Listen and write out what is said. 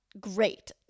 great